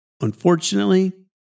Unfortunately